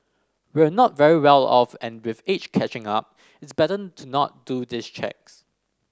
we're not very well off and with age catching up it's better to not do these checks